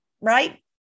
Right